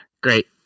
Great